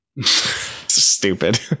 Stupid